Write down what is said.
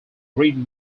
reed